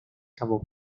cabo